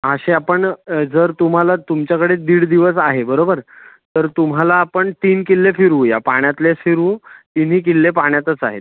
आशे आपण जर तुम्हाला तुमच्याकडे दीड दिवस आहे बरोबर तर तुम्हाला आपण तीन किल्ले फिरवुया पाण्यातले फिरू तिन्ही किल्ले पाण्यातच आहेत